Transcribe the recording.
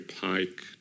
Pike